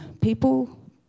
people